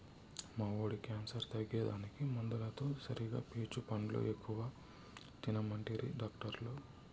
మా వోడి క్యాన్సర్ తగ్గేదానికి మందులతో సరిగా పీచు పండ్లు ఎక్కువ తినమంటిరి డాక్టర్లు